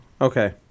Okay